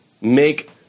make